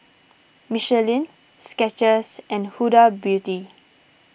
Michelin Skechers and Huda Beauty